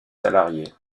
salariés